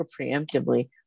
preemptively